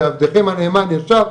ועבדכם הנאמן ישב,